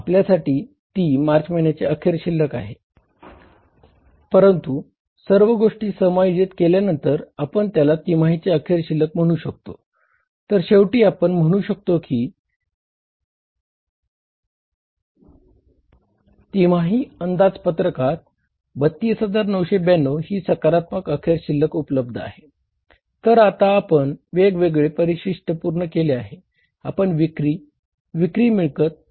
आपल्यासाठी ती मार्च महिन्याची अखेर शिल्लक आहे परंतु सर्व गोष्टी समायोजित 32992 ही सकारात्मक अखेर शिल्लक उपलब्ध आहे